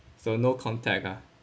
so no contact ah